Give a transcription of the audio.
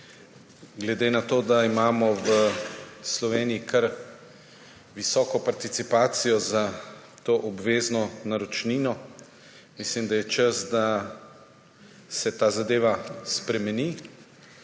Glede na to, da imamo v Sloveniji kar visoko participacijo za to obvezno naročnino, mislim, da je čas, da se ta zadeva spremeni.